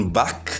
back